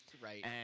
Right